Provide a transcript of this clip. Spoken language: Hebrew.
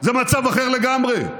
זה מצב אחר לגמרי.